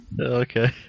Okay